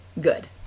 good